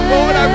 Lord